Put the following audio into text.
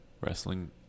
Wrestling